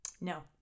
No